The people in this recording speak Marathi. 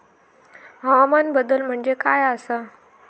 हवामान बदल म्हणजे काय आसा?